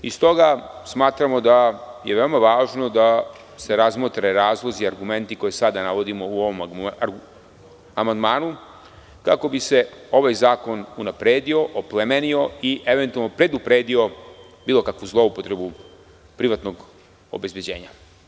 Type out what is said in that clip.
Stoga smatramo da je veoma važno da se razmotre razlozi i argumenti koje sada navodimo u ovom amandmanu, kako bi se ovaj zakon unapredio, oplemenio i eventualno predupredio bilo kakvu zloupotrebu privatnog obezbeđenja.